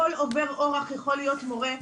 כל עובר אורח יכול להיות מורה,